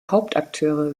hauptakteure